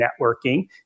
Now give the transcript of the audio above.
networking